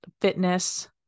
fitness